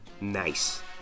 nice